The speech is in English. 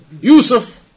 Yusuf